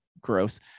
gross